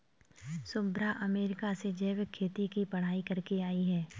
Shubhra America से जैविक खेती की पढ़ाई करके आई है